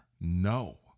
no